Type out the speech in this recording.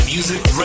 Music